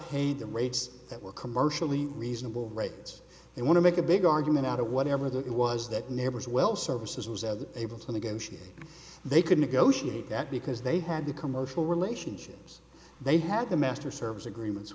paid the rates that were commercially reasonable rates they want to make a big argument out of whatever that it was that neighbors well services was the able to negotiate they could negotiate that because they had the commercial relationships they had the master service agreements